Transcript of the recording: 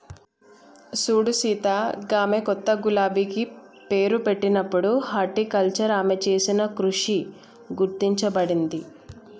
సూడు సీత గామె కొత్త గులాబికి పేరు పెట్టినప్పుడు హార్టికల్చర్ ఆమె చేసిన కృషి గుర్తించబడింది